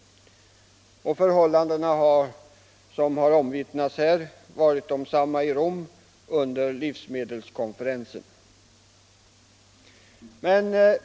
Förhållandena har = det har omvittnats här — varit desamma i Rom under livsmedelskonferensen.